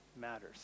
matters